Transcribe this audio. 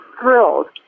thrilled